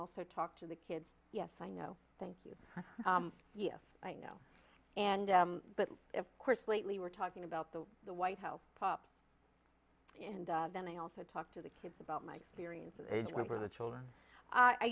also talk to the kids yes i know thank you yes i know and but of course lately we're talking about the the white house pop then they also talk to the kids about my experiences for the children i